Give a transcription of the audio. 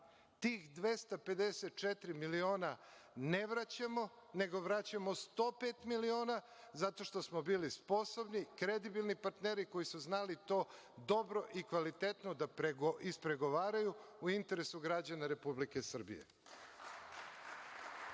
tih 254 miliona ne vraćamo, nego vraćamo 105 miliona zato što smo bili sposobni, kredibilni partneri koji su znali to dobro i kvalitetno da ispregovaraju u interesu građana Republike